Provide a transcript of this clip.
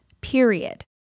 period